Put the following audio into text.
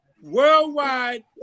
worldwide